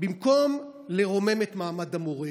במקום לרומם את מעמד המורה